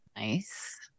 Nice